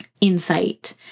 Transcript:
insight